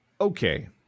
Okay